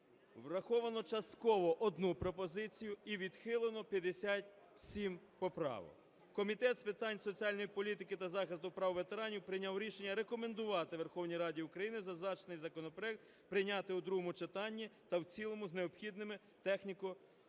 враховано частково – 1 пропозицію і відхилено – 57 поправок. Комітет з питань соціальної політики та захисту прав ветеранів прийняв рішення рекомендувати Верховній Раді України зазначений законопроект прийняти у другому читанні та в цілому з необхідними техніко-юридичними